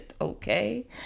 okay